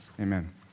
Amen